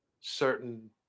certain